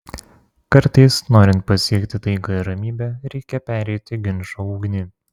kartais norint pasiekti taiką ir ramybę reikia pereiti ginčo ugnį